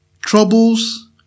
Troubles